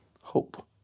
hope